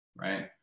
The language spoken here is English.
right